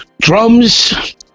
drums